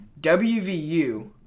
WVU